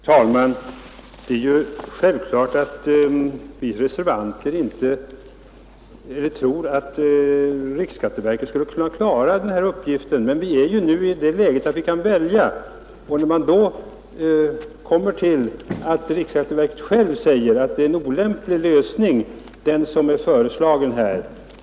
Herr talman! Det är ju självklart att vi reservanter tror att riksskatteverket skulle kunna klara den här uppgiften. Nu är vi ju dock i det läget att vi kan välja. Riksskatteverket säger självt att den föreslagna lösningen är olämplig.